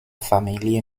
familie